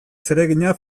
zeregina